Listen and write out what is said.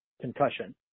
concussion